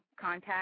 contact